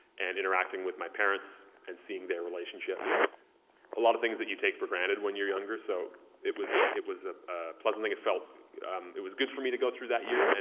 and interacting with my parents and seeing their relationship. ir a lot of things that you take for granted when you're younger. so it was and it was a pleasant thing, it felt it was good for me to go through that year. and